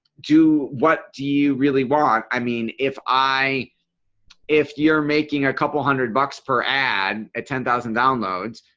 do what do you really want. i mean if i if you're making a couple hundred bucks per ad at ten thousand downloads.